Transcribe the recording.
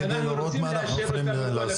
על מנת שנוכל לראות במה אנחנו יכולים לסייע.